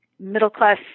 middle-class